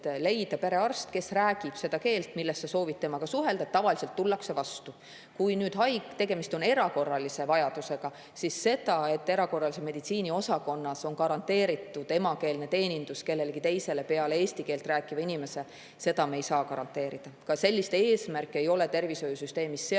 leida perearst, kes räägib seda keelt, milles sa soovid temaga suhelda. Tavaliselt tullakse vastu. Kui tegemist on erakorralise vajadusega, siis seda, et erakorralise meditsiini osakonnas on garanteeritud emakeelne teenindus kellelegi teisele peale eesti keelt rääkiva inimese, me ei saa garanteerida. Sellist eesmärki ei ole ka tervishoiusüsteemis seatud.